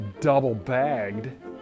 double-bagged